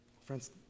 Friends